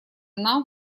нам